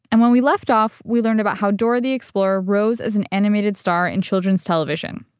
and when we left off, we learned about how dora the explorer rose as an animated star in children's television.